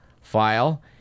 file